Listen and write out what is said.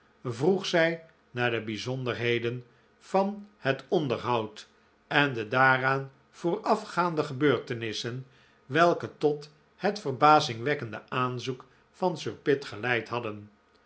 vroeg zij naar de bijzonderheden van het onderhoud en de daaraan voorafgaande gebeurtenissen welke tot het verbazingwekkende aanzoek van sir pitt geleid hadden